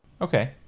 Okay